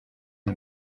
y’i